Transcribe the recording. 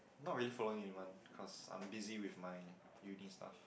not really following anyone because I am busy with my uni stuff